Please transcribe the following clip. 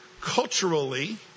culturally